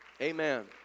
Amen